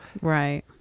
Right